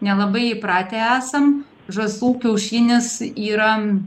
nelabai įpratę esam žąsų kiaušinis yra